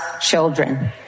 children